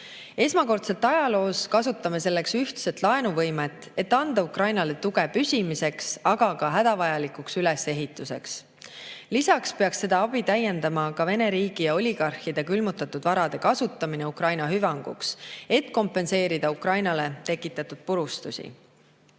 Esmakordselt ajaloos kasutame selleks ühist laenu andmise võimet, et anda Ukrainale tuge püsimiseks, aga ka hädavajalikuks ülesehituseks. Lisaks peab seda abi täiendama ka Vene riigi ja oligarhide külmutatud varade kasutamine Ukraina hüvanguks, et kompenseerida Ukrainale tekitatud purustusi. Austatud